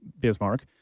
Bismarck